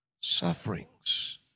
sufferings